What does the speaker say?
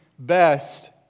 best